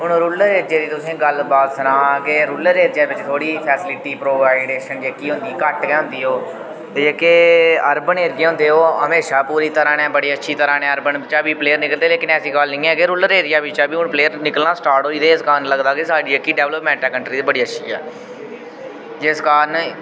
rural area दी तुसें ई गल्ल बात सनांऽ कि रूलर एरिया बिच थोह्ड़ी फैसिलिटी प्रोवाइड जेह्की होंदी घट्ट गै होंदी ओह् ते जेह्के अर्बन एरिया होन्दे ओह् हमेशा पूरी तरह नै बड़ी अच्छी तरह नै अर्बन चा बी प्लेयर निकलदे लेकिन ऐसी गल्ल निं ऐ कि रूलर एरिया चा बी होर प्लेयर निकलना स्टार्ट होई गेदे इस कारण लगदा कि साढ़ी जेह्की डेवलमेंट कंट्री दी बड़ी अच्छी ऐ जिस कारण